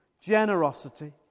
Generosity